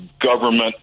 government